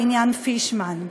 בעניין פישמן.